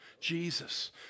Jesus